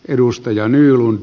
edustaja nylund